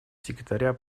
секретаря